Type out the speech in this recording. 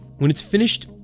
when it's finished,